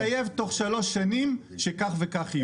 אז שיתחייב שתוך שלוש שנים כך וכך.